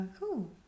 Cool